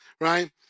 right